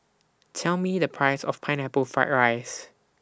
Tell Me The Price of Pineapple Fried Rice